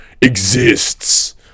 exists